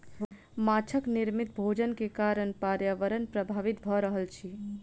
माँछक निर्मित भोजन के कारण पर्यावरण प्रभावित भ रहल अछि